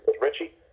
Richie